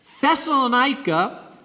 Thessalonica